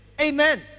Amen